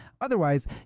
otherwise